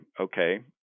okay